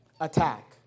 attack